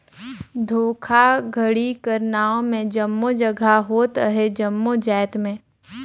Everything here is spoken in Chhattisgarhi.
धोखाघड़ी कर नांव में जम्मो जगहा होत अहे जम्मो जाएत में